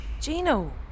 Gino